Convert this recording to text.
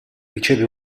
riceve